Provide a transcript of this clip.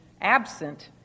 absent